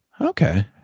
Okay